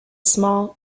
small